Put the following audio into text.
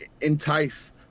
entice